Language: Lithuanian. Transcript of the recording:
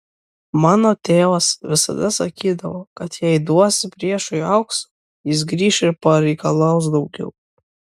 mano tėvas visada sakydavo kad jei duosi priešui aukso jis grįš ir pareikalaus daugiau